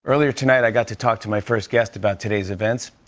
earlier tonight, i got to talk to my first guest about today's events.